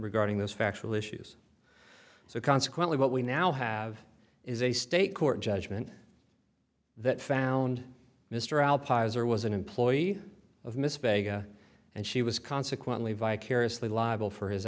regarding this factual issues so consequently what we now have is a state court judgment that found mr alpizar was an employee of miss vega and she was consequently vicariously liable for his